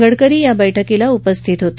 गडकरी या बैठकीला उपस्थित होते